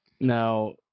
Now